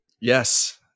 Yes